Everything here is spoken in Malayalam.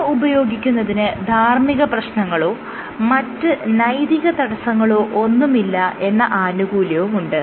ഇവ ഉപയോഗിക്കുന്നതിന് ധാർമ്മിക പ്രശ്നങ്ങളോ മറ്റ് നൈതിക തടസ്സങ്ങളോ ഒന്നുമില്ല എന്ന ആനുകൂല്യമുണ്ട്